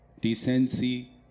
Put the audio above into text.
decency